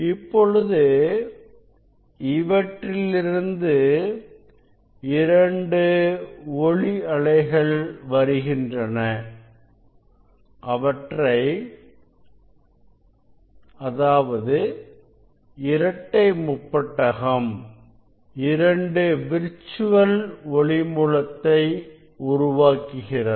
இப்பொழுது இவற்றிலிருந்து இரண்டு ஒளி அலைகள் வருகின்றன அதாவது இரட்டை முப்பட்டகம் இரண்டு விர்சுவல் ஒளி மூலத்தை உருவாக்குகிறது